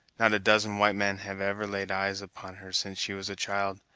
not a dozen white men have ever laid eyes upon her since she was a child,